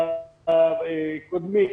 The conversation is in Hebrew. עליו דיבר גם קודמי